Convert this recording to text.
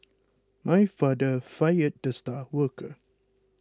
my father fired the star worker